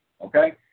Okay